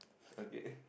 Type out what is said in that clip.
okay